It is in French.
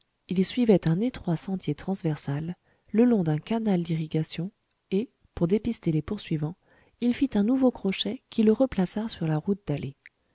il suivait un étroit sentier transversal le long d'un canal d'irrigation et pour dépister les poursuivants il fit un nouveau crochet qui le replaça sur la route dallée